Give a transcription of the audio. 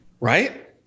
Right